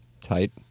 Tight